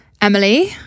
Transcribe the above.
Emily